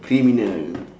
criminal